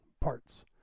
parts